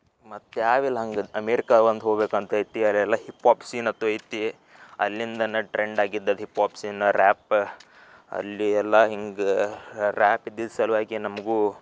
ಮತ್ತು ಯಾವ್ದಿಲ್ಲ ಹಂಗೆ ಅಮೇರಿಕ ಒಂದು ಹೋಗ್ಬೇಕಂತ ಐತಿ ಅದೆಲ್ಲ ಹಿಪ್ಹಾಪ್ ಸೀನದ್ದು ಐತಿ ಅಲ್ಲಿಂದನೇ ಟ್ರೆಂಡ್ ಆಗಿದ್ದು ಅದು ಹಿಪ್ಹಾಪ್ ಸೀನ್ನ ರ್ಯಾಪ್ಪ ಅಲ್ಲಿ ಎಲ್ಲ ಹಿಂಗೆ ರ್ಯಾಪಿದ್ದಿದ್ದ ಸಲುವಾಗಿ ನಮಗೂ